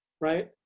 right